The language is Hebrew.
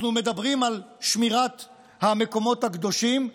אנחנו מדברים על שמירת המקומות הקדושים,